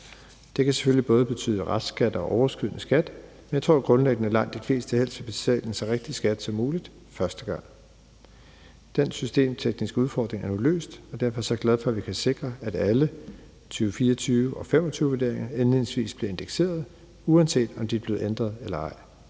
Det kan selvfølgelig både betyde restskat og overskydende skat, men jeg tror grundlæggende, at langt de fleste helst vil betale en så rigtig skat som muligt første gang. Den systemtekniske udfordring er nu løst, og derfor er jeg glad for, at vi kan sikre, at alle 2024- og 2025-vurderinger indledningsvis bliver indekseret, uanset om de er blevet ændret eller ej.